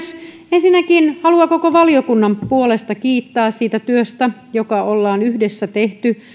ensinnäkin haluan koko valiokunnan puolesta kiittää siitä työstä jonka olemme yhdessä tehneet